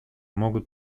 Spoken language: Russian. могут